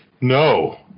No